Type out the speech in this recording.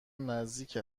نزدیک